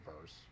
verse